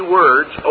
words